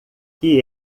que